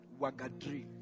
wagadri